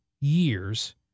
years